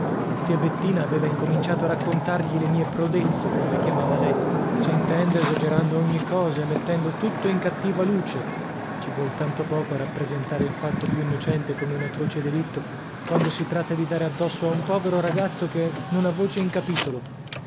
zia bettina aveva incominciato a raccontargli le mie prodezze come le chiamava lei s'intende esagerando ogni cosa e mettendo tutto in cattiva luce ci vuol tanto poco a rappresentare il fatto più innocente come un atroce delitto quando si tratta di dare addosso a un povero ragazzo che non ha voce in capitolo